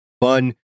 fun